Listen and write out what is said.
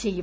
ചെയ്യും